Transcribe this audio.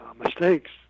mistakes